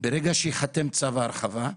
וברגע שייחתם צו ההרחבה,